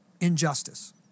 injustice